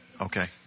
Okay